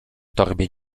torbie